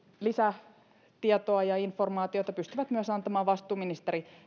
lisätietoa ja informaatiota pystyvät varmasti antamaan myös vastuuministeri